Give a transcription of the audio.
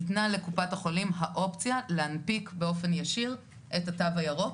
ניתנה לקופת החולים האופציה להנפיק באופן ישיר את התו הירוק